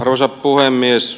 arvoisa puhemies